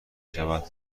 شود